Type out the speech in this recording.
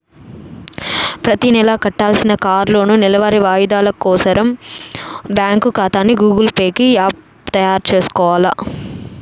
ప్రతినెలా కట్టాల్సిన కార్లోనూ, నెలవారీ వాయిదాలు కోసరం బ్యాంకు కాతాని గూగుల్ పే కి యాప్ సేసుకొవాల